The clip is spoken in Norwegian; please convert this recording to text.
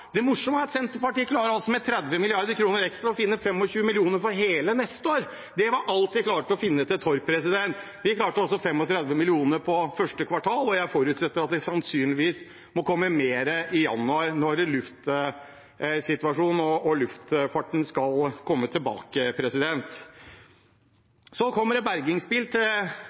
Det morsomme er at Senterpartiet med 30 mrd. kr ekstra klarer å finne 25 mill. kr for hele neste år. Det var alt de klarte å finne til Torp. Vi klarte altså 35 mill. kr for første kvartal, og jeg forutsetter at det sannsynligvis må komme mer i januar når vi skal komme tilbake til luftfarten. Så kommer det bergingsbil